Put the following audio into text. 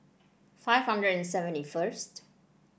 five hundred and seventy first